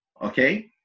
okay